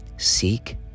Seek